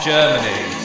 Germany